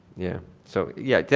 yeah. so yeah yeah,